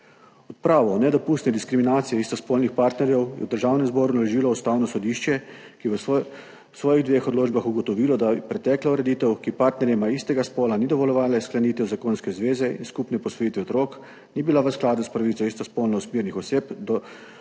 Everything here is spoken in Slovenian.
Odpravo nedopustne diskriminacije istospolnih partnerjev je v Državnem zboru naložilo Ustavno sodišče, ki je v svojih dveh odločbah ugotovilo, da pretekla ureditev, ki partnerjema istega spola ni dovoljevala sklenitev zakonske zveze in skupne posvojitve otrok, ni bila v skladu s pravico istospolno usmerjenih oseb